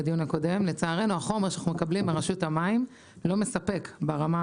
לצערנו החומר שאנחנו מקבלים מרשות המים לא מספק ברמה